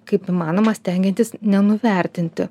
kaip įmanoma stengiantis nenuvertinti